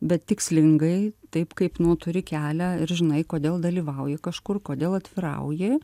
bet tikslingai taip kaip nu turi kelią ir žinai kodėl dalyvauji kažkur kodėl atvirauji